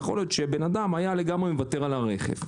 יכול להיות שאדם היה מוותר לגמרי על הרכב.